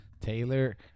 Taylor